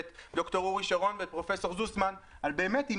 את ד"ר אורי שרון ופרופ' זוסמן על תוכנית